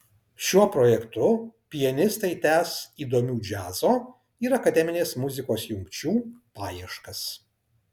šiuo projektu pianistai tęs įdomių džiazo ir akademinės muzikos jungčių paieškas